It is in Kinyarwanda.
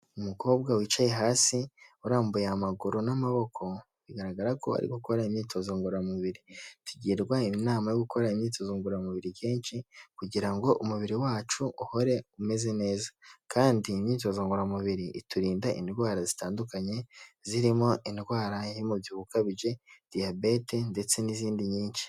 Umukobwa wicaye hasi urambuye amaguru n'amaboko, bigaragara ko ari gukora imyitozo ngororamubiri, tugirwa inama yo gukora imyitozo ngororamubiri kenshi kugira ngo umubiri wacu uhore umeze neza kandi imyitozo ngororamubiri iturinda indwara zitandukanye, zirimo indwara y'umubyibuho ukabije, Diyabete ndetse n'izindi nyinshi.